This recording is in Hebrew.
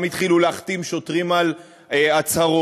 גם התחילו להחתים שוטרים על הצהרות,